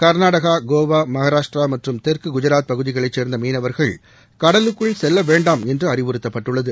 கர்நாடகா கோவா மகாராஷ்டிரா மற்றும் தெற்கு குஜராத் பகுதிகளைச் சேர்ந்த மீனவர்கள் கடலுக்குள் செல்லவேண்டாம் என்று அறிவுறுத்தப்பட்டுள்ளது